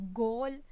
goal